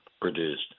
produced